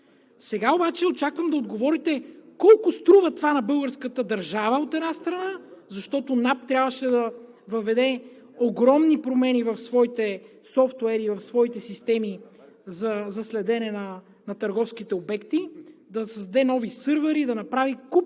Сега обаче очаквам да отговорите колко струва това на българската държава, от една страна, защото НАП трябваше да въведе огромни промени в своите софтуери, в своите системи за следене на търговските обекти, да създаде нови сървъри, да направи куп